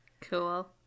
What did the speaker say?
Cool